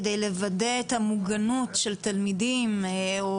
כדי לוודא את המוגנות של תלמידים או